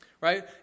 Right